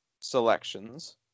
selections